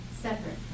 separate